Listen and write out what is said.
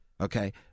Okay